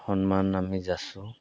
সন্মান আমি যাচো